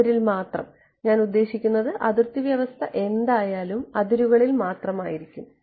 അതിരിൽ മാത്രം ഞാൻ ഉദ്ദേശിക്കുന്നത് അതിർത്തി വ്യവസ്ഥ എന്തായാലും അതിരുകളിൽ മാത്രമായിരിക്കും